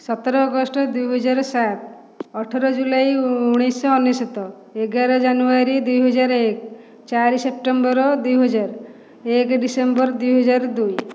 ସତର ଅଗଷ୍ଟ ଦୁଇହଜାର ସାତ ଅଠର ଜୁଲାଇ ଉଣେଇଶ ଅନେଶ୍ୱତ ଏଗାର ଜାନୁଆରୀ ଦୁଇହଜାର ଏକ ଚାରି ସେପ୍ଟେମ୍ବର ଦୁଇହଜାର ଏକ ଡିସେମ୍ବର ଦୁଇହଜାର ଦୁଇ